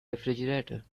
refrigerator